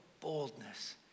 boldness